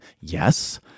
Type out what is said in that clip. Yes